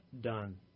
done